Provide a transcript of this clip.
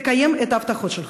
תקיים את ההבטחות שלך.